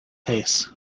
pace